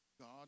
God